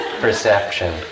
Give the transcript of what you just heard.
perception